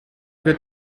wird